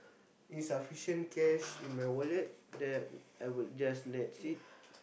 insufficient cash in my wallet then I would just Nets it